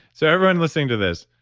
so everyone listening to this,